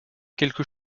quelque